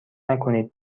نکنید